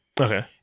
Okay